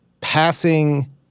passing